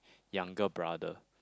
younger brother